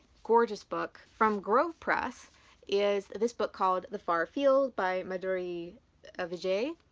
gorgeous book. from grove press is this book called the far field by madhuri ah vijay.